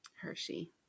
Hershey